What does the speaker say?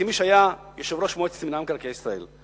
כמי שהיה יושב-ראש מועצת מינהל מקרקעי ישראל.